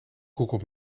google